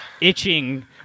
itching